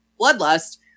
bloodlust